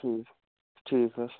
ٹھیٖک ٹھیٖک حظ